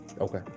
Okay